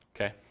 Okay